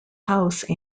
house